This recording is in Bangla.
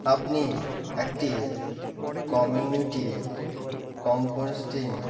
আপনি একটি কমিউনিটি কম্পোস্টিং